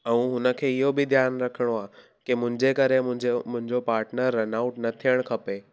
ऐं हुन खे इहो बि ध्यानु रखिणो आहे की मुंहिंजे करे मुंहिंजे मुंहिंजो पार्टनर रन आउट न थियणु खपे